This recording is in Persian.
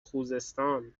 خوزستان